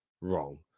wrong